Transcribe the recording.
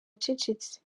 acecetse